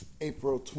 April